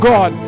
God